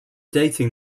dating